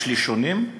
לשלישוניים,